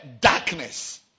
darkness